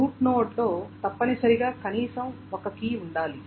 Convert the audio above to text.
route node లో తప్పనిసరిగా కనీసం ఒక కీ ఉండాలి